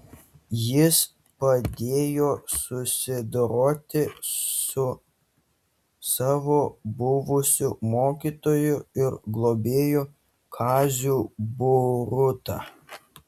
jis padėjo susidoroti su savo buvusiu mokytoju ir globėju kaziu boruta